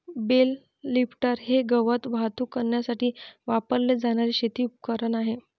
bell lifter हे गवत वाहतूक करण्यासाठी वापरले जाणारे शेती उपकरण आहे